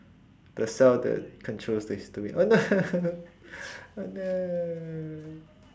the cell that controls the histamine oh no oh no